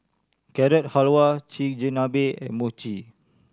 Carrot Halwa Chigenabe and Mochi